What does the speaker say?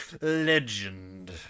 legend